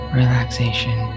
relaxation